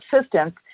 assistance